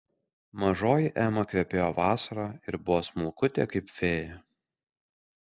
mažoji ema kvepėjo vasara ir buvo smulkutė kaip fėja